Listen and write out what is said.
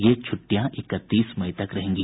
ये छुटि्टयां इकतीस मई तक रहेंगी